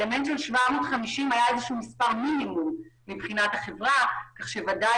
האלמנט של 750 היה מספר מינימום מבחינת החברה כך שבוודאי